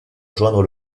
rejoindre